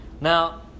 now